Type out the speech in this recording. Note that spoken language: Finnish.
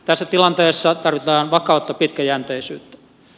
tässä tilanteessa tarvitaan vakautta pitkäjänteisyyttä